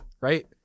right